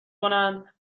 کنند